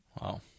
Wow